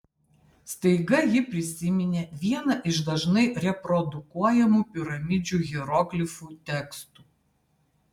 staiga ji prisiminė vieną iš dažnai reprodukuojamų piramidžių hieroglifų tekstų